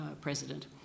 president